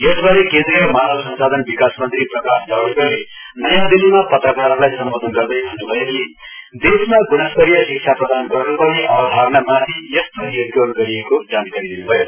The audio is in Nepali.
यसबारे केन्द्रिय मानव संसाधन विकासविभाग मन्त्री प्रकाश जवाडेकरले नयाँ दिल्लीमा पत्रकारहरूलाई सम्बोधन गर्दै भन्नु भयो कि देशमा गुणस्तरीय शिक्षा प्रदान गर्न पर्ने अवधारणा माथि यस्तो निर्क्यौल गरिएको जानकारी दिनुभयो